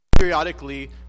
Periodically